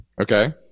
Okay